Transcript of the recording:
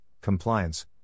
Compliance